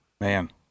Man